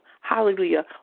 hallelujah